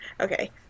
Okay